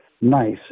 nice